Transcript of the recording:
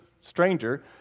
stranger